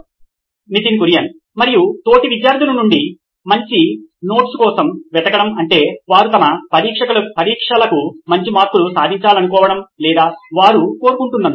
Nitin Kurian COO నోయిన్ electronics మరియు తోటి విద్యార్ధులు నుండి మంచి నోట్స్ కోసం వెతకడం అంటే వారు తమ పరీక్షలకు మంచి మార్కులు సాధించాలనుకోవడం లేదా వారు కోరుకుంటున్నందున